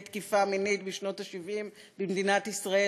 תקיפה מינית בשנות ה-70 במדינת ישראל,